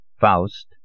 Faust